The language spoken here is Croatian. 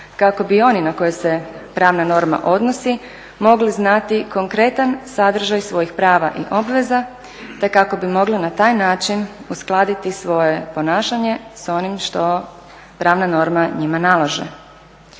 kako bi oni na koje se pravna norma odnosi mogli znati konkretan sadržaj svojih prava i obveza te kako bi mogli na taj način uskladiti svoje ponašanje s onim što pravna norma njima nalaže.